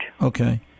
okay